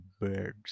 birds